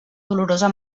dolorosa